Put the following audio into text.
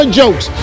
jokes